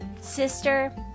Sister